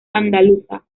andaluza